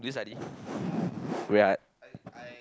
did you study wait ah